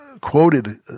quoted